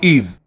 Eve